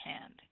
hand